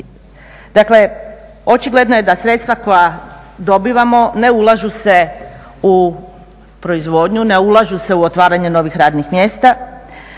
Dakle očigledno je da sredstva koja dobivamo ne ulažu se u proizvodnju, ne ulažu se u otvaranje novih radnih mjesta.